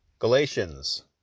Galatians